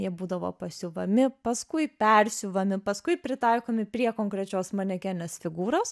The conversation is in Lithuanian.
jie būdavo pasiuvami paskui persiuvami paskui pritaikomi prie konkrečios manekenės figūros